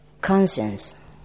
conscience